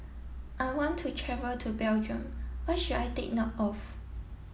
I want to travel to Belgium what should I take note of